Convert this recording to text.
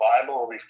Bible